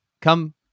come